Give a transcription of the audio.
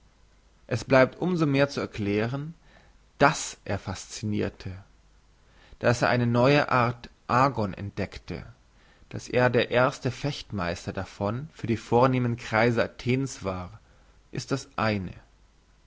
es bleibt um so mehr zu erklären dass er fascinirte dass er eine neue art agon entdeckte dass er der erste fechtmeister davon für die vornehmen kreise athen's war ist das eine